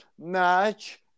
match